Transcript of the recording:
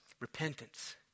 Repentance